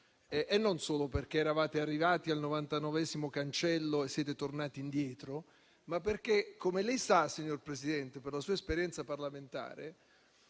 e non solo perché eravate arrivati al novantanovesimo cancello e siete tornati indietro, ma perché, come lei sa, signor Presidente, per la sua esperienza parlamentare,